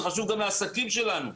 זה חשוב גם לעסקים שלנו.